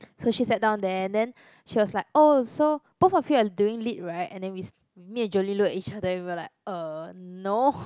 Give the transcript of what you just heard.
so she sat down there and then she was like oh so both of you are doing Lit right and then we s~ me and Jolene look at each other and we were like err no